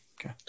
Okay